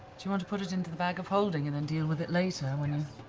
do you want to put it into the bag of holding and then deal with it later,